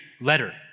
letter